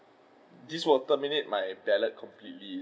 this will terminate my ballot completely